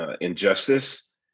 injustice